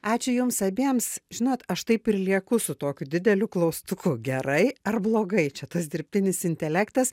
ačiū jums abiems žinot aš taip ir lieku su tokiu dideliu klaustuku gerai ar blogai čia tas dirbtinis intelektas